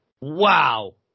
wow